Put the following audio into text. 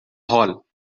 hall